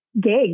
gigs